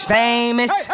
famous